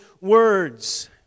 words